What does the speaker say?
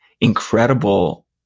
incredible